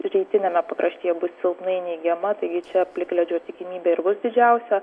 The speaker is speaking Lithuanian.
rytiniame pakraštyje bus silpnai neigiama taigi čia plikledžio tikimybė ir bus didžiausia